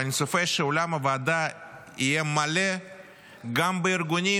ואני צופה שאולם הוועדה יהיה מלא גם בארגונים